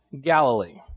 Galilee